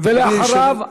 אחריו,